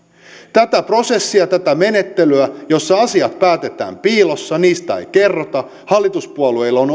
tätä prosessia tätä menettelyä jossa asiat päätetään piilossa ja niistä ei kerrota hallituspuolueilla on